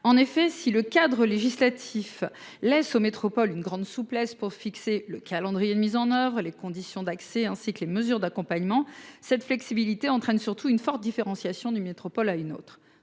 En effet, si le cadre législatif laisse aux métropoles une grande souplesse pour déterminer le calendrier de mise en oeuvre, les conditions d'accès aux zones et les mesures d'accompagnement, cette flexibilité entraîne surtout une forte différenciation d'une métropole à une autre.